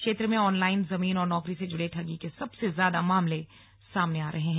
क्षेत्र में ऑनलाइन जमीन और नौकरी से जुड़े ठगी के सबसे ज्यादा मामले सामने आ रहे हैं